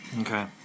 Okay